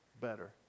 better